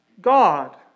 God